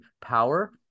power